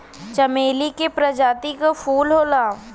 चमेली के प्रजाति क फूल हौ